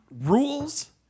rules